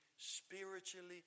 Spiritually